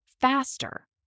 faster